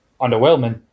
underwhelming